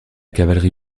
cavalerie